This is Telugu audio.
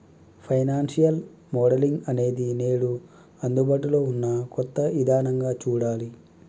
ఫైనాన్సియల్ మోడలింగ్ అనేది నేడు అందుబాటులో ఉన్న కొత్త ఇదానంగా చూడాలి